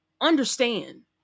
understand